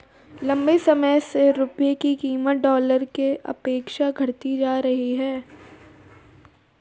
लंबे समय से रुपये की कीमत डॉलर के अपेक्षा घटती जा रही है